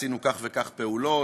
עשינו כך וכך פעולות,